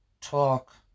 talk